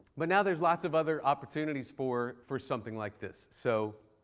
but now there's lots of other opportunities for for something like this. so